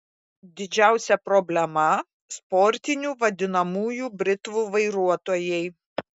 didžiausia problema sportinių vadinamųjų britvų vairuotojai